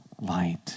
light